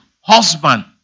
husband